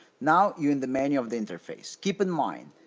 now, you're in the menu of the interface. keep in mind.